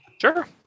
Sure